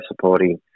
supporting